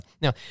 Now